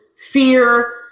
fear